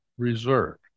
reserved